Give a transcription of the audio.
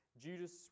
Judas